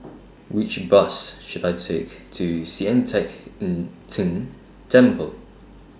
Which Bus should I Take to Sian Teck Tng Temple